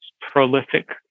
prolific